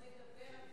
אתה מדבר,